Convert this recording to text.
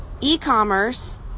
e-commerce